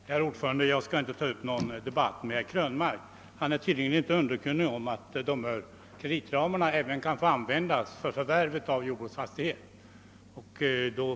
Herr talman! Jag skall inte ta upp någon debatt med herr Krönmark, eftersom han tydligen inte är underkunnig om att kreditgarantiramarna även kan få användas för förvärv av jordbruksfastighet.